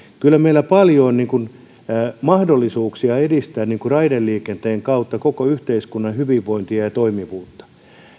kyllä meillä on paljon mahdollisuuksia edistää raideliikenteen kautta koko yhteiskunnan hyvinvointia ja toimivuutta